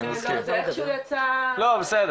והם אמרו הכל בסדר,